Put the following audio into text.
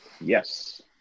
Yes